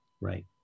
Right